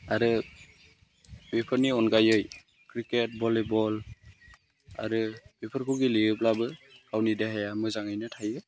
आरो बेफोरनि अनगायै क्रिकेट भलीबल आरो बेफोरखौ गेलेब्लाबो गावनि देहाया मोजाङैनो थायो